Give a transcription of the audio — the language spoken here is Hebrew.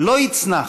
לא יצנח,